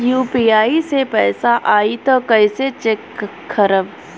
UPI से पैसा आई त कइसे चेक खरब?